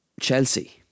Chelsea